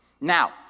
Now